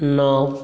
नओ